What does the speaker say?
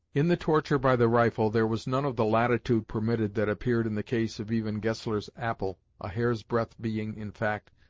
in the torture by the rifle there was none of the latitude permitted that appeared in the case of even gessler's apple, a hair's breadth being, in fact,